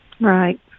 right